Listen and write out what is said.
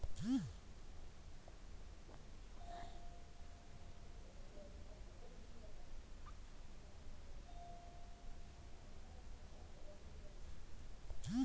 yam ಹೆಚ್ಚಿನ carbohydrates, vitamin C, E, B six, fibre, potassium ಸತ್ವಗಳನ್ನು ಹೊಂದಿದೆ